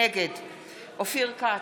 נגד אופיר כץ,